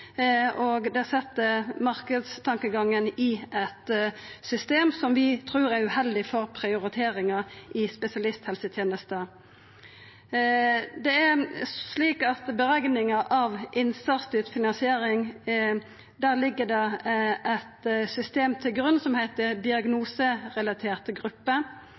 og det set marknadstankegangen i eit system vi trur er uheldig for prioriteringane i spesialisthelsetenesta. I berekninga av innsatsstyrt finansiering ligg det eit system til grunn som heiter diagnoserelaterte grupper.